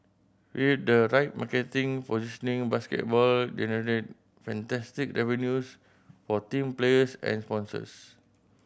with the right marketing positioning basketball generate fantastic revenues for team players and sponsors